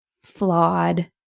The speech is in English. flawed